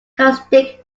characteristic